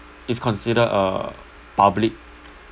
is considered a public